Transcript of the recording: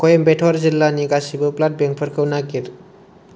कयेम्बेट'र जिल्लानि गासिबो ब्लाड बेंकफोरखौ नागिर